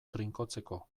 trinkotzeko